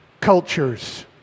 Cultures